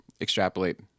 extrapolate